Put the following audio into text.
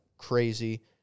crazy